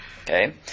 Okay